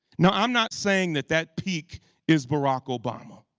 now i'm not saying that that peak is barack obama